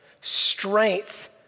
strength